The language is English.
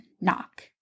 knock